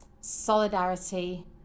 solidarity